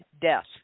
death